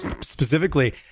specifically